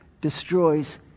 destroys